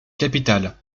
capitale